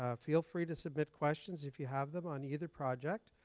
ah feel free to submit questions if you have them on either project.